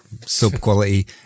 sub-quality